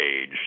age